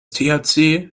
thc